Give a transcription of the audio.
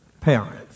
parents